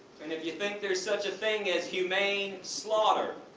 and if you think there is such a thing as humane slaughter,